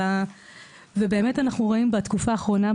אנחנו רואים בתקופה האחרונה,